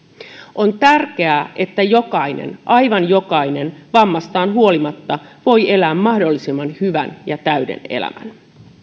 on tärkeää että jokainen aivan jokainen voi vammastaan huolimatta elää mahdollisimman hyvän ja täyden elämän